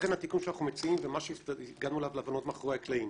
לכן התיקון שאנחנו מציעים זה ההבנות שהגענו אליהן מאחורי הקלעים.